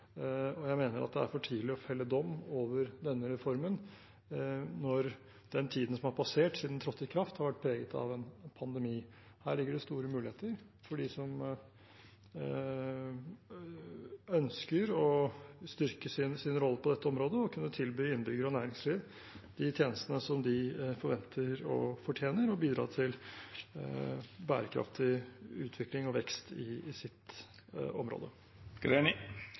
og jeg mener at det er for tidlig å felle dom over denne reformen når den tiden som har passert siden den trådte i kraft, har vært preget av en pandemi. Her ligger det store muligheter for dem som å ønsker å styrke sin rolle på dette området og å kunne tilby innbyggere og næringsliv de tjenestene som de forventer og fortjener, og bidra til bærekraftig utvikling og vekst i sitt område.